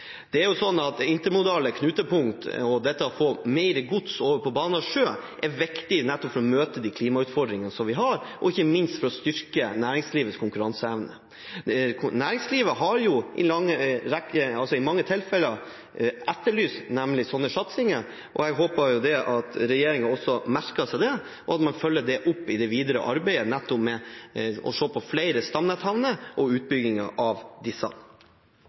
dette med å få mer gods over på bane og sjø er viktig nettopp for å møte de klimautfordringene som vi har, og ikke minst for å styrke næringslivets konkurranseevne. Næringslivet har jo i mange tilfeller etterlyst slike satsinger. Jeg håper at regjeringen også har merket seg det, og at man følger det opp i det videre arbeidet med å se på flere stamnetthavner og utbyggingen av disse.